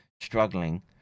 struggling